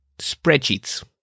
Spreadsheets